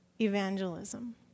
evangelism